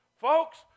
Folks